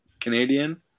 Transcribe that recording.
Canadian